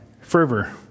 fervor